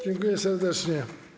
Dziękuję serdecznie.